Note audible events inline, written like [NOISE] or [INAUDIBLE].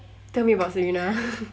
tell me about serena [LAUGHS]